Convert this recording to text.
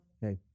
Hey